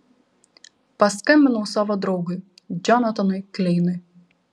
paskambinau savo draugui džonatanui kleinui